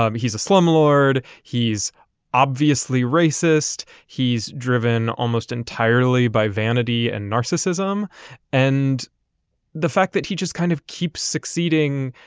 um he's a slumlord. he's obviously racist. he's driven almost entirely by vanity and narcissism and the fact that he just kind of keeps succeeding.